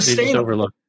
overlook